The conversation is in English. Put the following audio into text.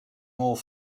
more